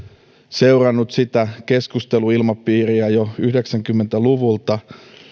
seurannut sitä keskusteluilmapiiriä jo jo yhdeksänkymmentä luvulta